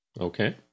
Okay